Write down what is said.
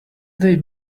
they